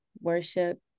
worship